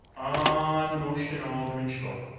on the motion, alderman chabot?